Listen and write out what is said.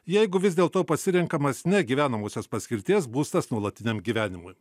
jeigu vis dėl to pasirenkamas ne gyvenamosios paskirties būstas nuolatiniam gyvenimui